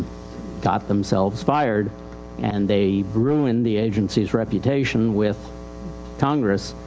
got themselves fired and they ruined the agencyis reputation with congress.